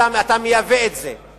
אלא אתה מייבא את זה.